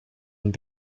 and